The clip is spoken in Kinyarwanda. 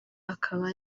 akaba